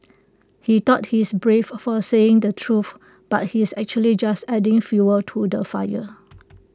he thought he's brave for saying the truth but he's actually just adding fuel to the fire